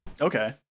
Okay